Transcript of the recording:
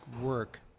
work